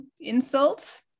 insult